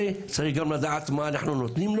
לעזר הזה צריך גם לדעת מה אנחנו נותנים,